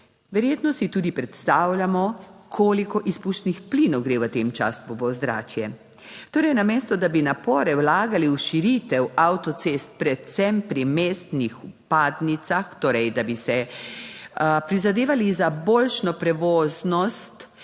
Verjetno si tudi predstavljamo, koliko izpušnih plinov gre v tem času v ozračje. Torej, namesto, da bi napore vlagali v širitev avtocest, predvsem pri mestnih vpadnicah, torej da bi se prizadevali za boljšo prevoznost